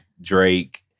Drake